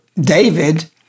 David